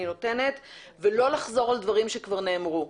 נותנת ולא לחזור על דברים שכבר נאמרו.